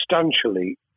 substantially